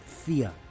fear